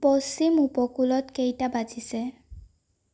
পশ্চিম উপকূলত কেইটা বাজিছে